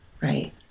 Right